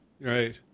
right